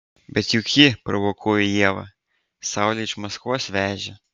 bet juk ji provokuoju ievą saulę iš maskvos vežė